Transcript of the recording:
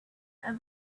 other